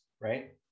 right